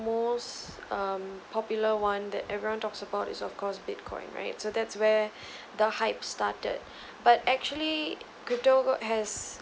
most um popular one that everyone talks about is of course bitcoin right so that's where the hype started but actually crypto has